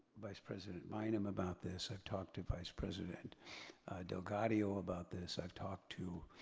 vice president bynum about this, i've talked to vice president delgadio about this, i've talked to